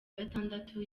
gatandatu